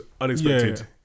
unexpected